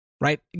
right